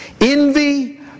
envy